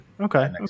okay